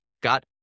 got